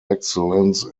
excellence